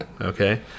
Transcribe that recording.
Okay